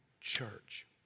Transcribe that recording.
church